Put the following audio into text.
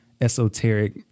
esoteric